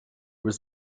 was